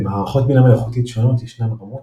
למערכות בינה מלאכותית שונות ישנן רמות